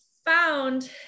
found